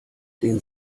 den